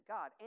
God